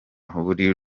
buri